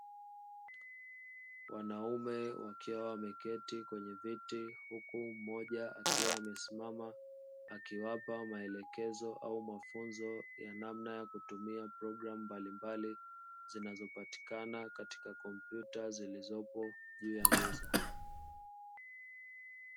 Wanaume wakiwa wameketi kwenye viti huku mmoja akiwa amesimama akiwapa maelekezo au mafunzo ya namna ya kutumia programu mbalimbali zinazopatikana katika kompyuta zilizopo juu ya meza.